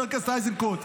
חבר הכנסת איזנקוט,